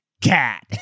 cat